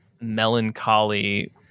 melancholy